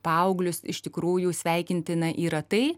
paauglius iš tikrųjų sveikintina yra tai